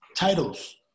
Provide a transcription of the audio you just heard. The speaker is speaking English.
Titles